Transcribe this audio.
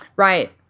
Right